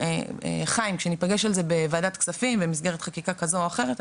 חיים כשנפגש על זה בוועדת כספים במסגרת חקיקה כזו או אחרת,